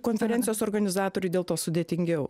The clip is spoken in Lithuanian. konferencijos organizatorių dėl to sudėtingiau